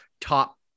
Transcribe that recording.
top